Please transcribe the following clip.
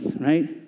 right